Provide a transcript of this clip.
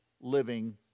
living